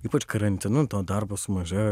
ypač karantinu to darbo sumažėjo